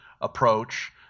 approach